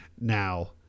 Now